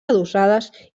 adossades